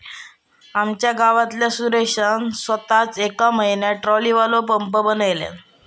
आमच्या गावातल्या सुरेशान सोताच येका म्हयन्यात ट्रॉलीवालो पंप बनयल्यान